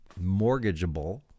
mortgageable